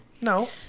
No